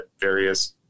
various